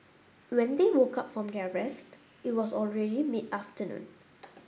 when they woke up from their rest it was already mid afternoon